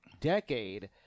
decade